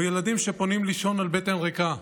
או ילדים שפונים לישון על בטן ריקה.